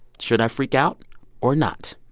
should i freak out or not?